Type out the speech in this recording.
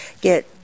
get